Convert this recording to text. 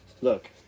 look